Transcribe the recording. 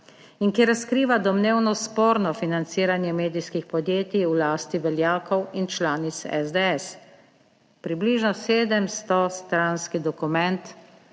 in ki razkriva domnevno sporno financiranje medijskih podjetij v lasti veljakov in članic SDS. Približno 700. stranski dokument,